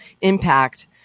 impact